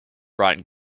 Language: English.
brought